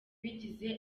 bigize